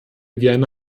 gerne